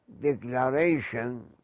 declaration